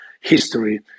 history